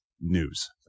news